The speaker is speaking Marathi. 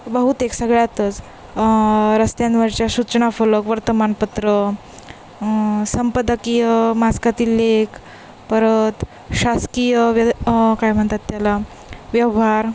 बहुतेक सगळ्यातच रस्त्यांवरच्या सूचना फलक वर्तमानपत्र संपादकीय मासिकातील लेख परत शासकीय व्य काय म्हणतात त्याला व्यवहार